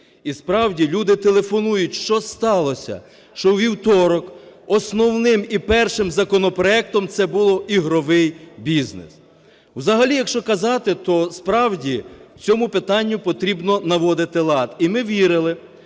І, справді, люди телефонують. Що сталося, що у вівторок основним і першим законопроектом це був ігровий бізнес? Взагалі, якщо казати, то, справді, в цьому питанні потрібно наводити лад. І ми вірили,